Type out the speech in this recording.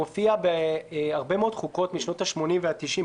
מופיע בהרבה מאוד חוקות משנות ה-80 וה-90,